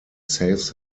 saves